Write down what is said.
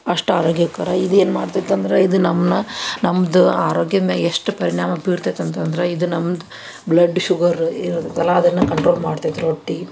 ಅಷ್ಟು ಆರೋಗ್ಯಕರ ಇದು ಏನು ಮಾಡ್ತೈತೆ ಅಂದ್ರೆ ಇದು ನಮ್ಮ ನಮ್ಮದು ಆರೋಗ್ಯದ ಮ್ಯಾಗ ಎಷ್ಟು ಪರಿಣಾಮ ಬೀರ್ತೈತೆ ಅಂತಂದ್ರೆ ಇದು ನಮ್ದು ಬ್ಲಡ್ ಶುಗರು ಇರುತ್ತಲ್ಲ ಅದನ್ನು ಕಂಟ್ರೋಲ್ ಮಾಡ್ತೈತೆ ರೊಟ್ಟಿ